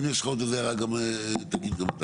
אם יש לך עוד הערה, אז תגיד גם אתה.